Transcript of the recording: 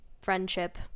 friendship